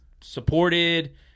supported